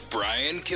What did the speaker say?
Brian